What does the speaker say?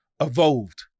evolved